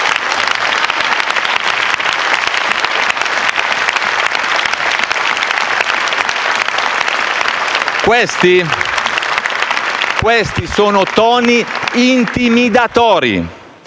Questi sono toni intimidatori,